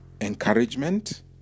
encouragement